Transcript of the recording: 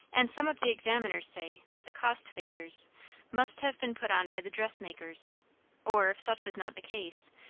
and some of the examiners say that the cost-figures must have been put on by the dressmakers or, if such was not the case,